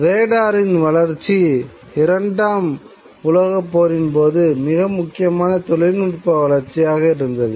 ரேடாரின் வளர்ச்சி இரண்டாம் உலகப் போரின்போது மிக முக்கியமான தொழில்நுட்ப வளர்ச்சியாக இருந்தது